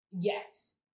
Yes